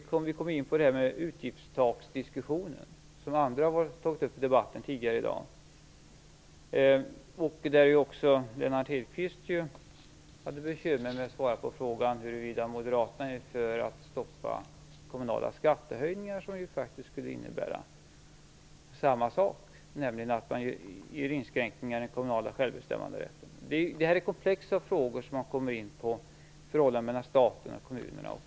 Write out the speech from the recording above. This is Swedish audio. Här kommer vi ju in på den diskussion om utgiftstaket som andra har tagit upp i debatten tidigare i dag. Där hade ju även Lennart Hedquist bekymmer med att svara på frågan huruvida moderaterna är för att stoppa kommunala skattehöjningar, som ju faktiskt skulle innebära samma sak, nämligen att man gör inskränkningar i den kommunala självbestämmanderätten. Det är komplexa frågor som man kommer in på när det gäller förhållandet mellan staten och kommunerna.